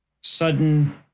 sudden